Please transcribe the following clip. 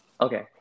Okay